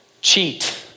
cheat